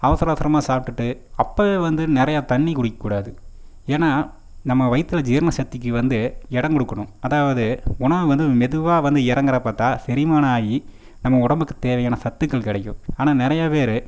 அவசர அவசரமாக சாப்பிட்டுட்டு அப்போவே வந்து நெறையா தண்ணி குடிக்கக்கூடாது ஏன்னா நம்ம வயிற்றுல ஜீரண சக்திக்கு வந்து இடம் கொடுக்கணும் அதாவது உணவு வந்து மெதுவாக வந்து இறங்குறப்ப தான் செரிமானம் ஆகி நம்ம உடம்புக்கு தேவையான சத்துக்கள் கெடைக்கும் ஆனால் நெறையா பேர்